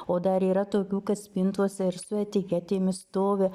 o dar yra tokių kad spintose ir su etiketėmis stovi